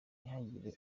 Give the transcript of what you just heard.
ntihagire